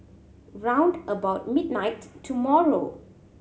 round about midnight tomorrow